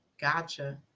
Gotcha